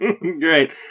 Great